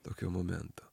tokio momento